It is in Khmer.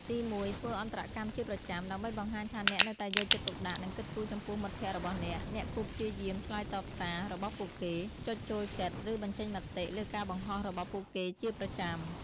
ទីមួយ ធ្វើអន្តរកម្មជាប្រចាំ ដើម្បីបង្ហាញថាអ្នកនៅតែយកចិត្តទុកដាក់ និងគិតគូរចំពោះមិត្តភក្តិរបស់អ្នក អ្នកគួរព្យាយាម ឆ្លើយតបសារ របស់ពួកគេ ចុចចូលចិត្ត ឬ បញ្ចេញមតិ លើការបង្ហោះរបស់ពួកគេជាប្រចាំ។